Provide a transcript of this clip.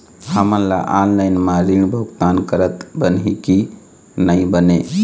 हमन ला ऑनलाइन म ऋण भुगतान करत बनही की नई बने?